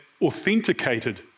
authenticated